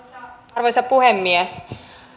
arvoisa puhemies